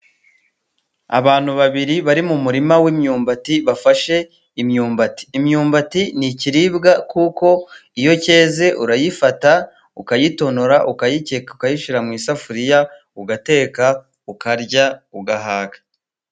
Abantu babiri bari mu murima w'imyumbati, bafashe imyumbati. Imyumbati ni ikiribwa kuko iyo cyeze, urayifata ukayitonora, ukayikeka, ukayishyira mu isafuriya, ugateka ukarya ugahaga.